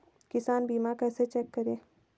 किसान बीमा कैसे चेक करें?